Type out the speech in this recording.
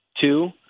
Two